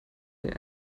der